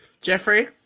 jeffrey